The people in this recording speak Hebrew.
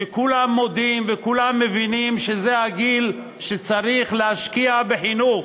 שכולם מודים וכולם מבינים שזה הגיל שצריך להשקיע בחינוך.